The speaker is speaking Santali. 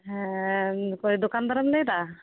ᱦᱮᱸ ᱚᱠᱚᱭ ᱫᱚᱠᱟᱱ ᱫᱟᱨᱮᱢ ᱞᱟᱹᱭᱮᱫᱟ